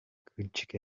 кырдьык